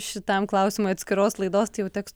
šitam klausimui atskiros laidos tai jau teks